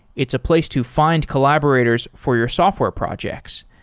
it's a place to find collaborators for your software projects.